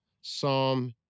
Psalm